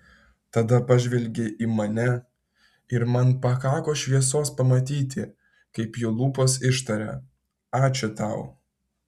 tada pažvelgė į mane ir man pakako šviesos pamatyti kaip jo lūpos ištaria ačiū tau